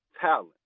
talent